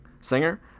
singer